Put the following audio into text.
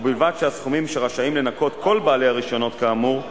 ובלבד שהסכומים שרשאים לנכות כל בעלי הרשיונות כאמור,